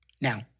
Now